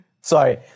Sorry